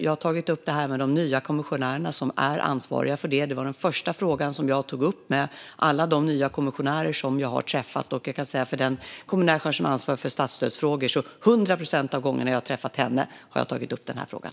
Jag har tagit upp detta med de nya kommissionärer som är ansvariga för frågan. Det var det första jag tog upp med alla de nya kommissionärer som jag har träffat. När det gäller den kommissionär som har ansvar för statsstödsfrågor har jag vid hundra procent av tillfällena som jag har träffat henne tagit upp frågan.